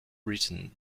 written